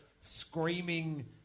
screaming